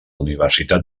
universitat